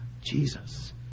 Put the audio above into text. Jesus